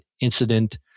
incident